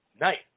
night